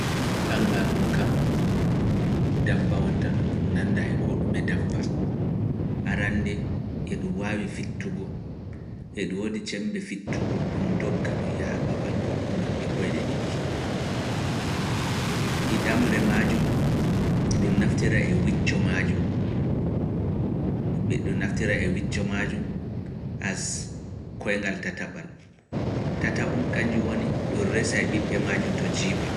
Kangaruu kam, dabba wonta ɗon ɗum nanndaa e koo ɗume dabba, arannde e ɗum waawi fittugo, e ɗum woodi ceembe fittugo ɗum doga ɗum yaa babal goɗɗungal e koyɗe ɗiɗi, ɗiɗamre majum, e ɗum naftira e wicco majum, as koyngal tataɓal, tataɓum kañju woni ɗum resa e ɓiɓɓe majum to jiiba.